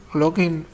login